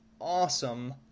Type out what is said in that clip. awesome